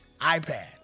iPad